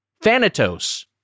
Thanatos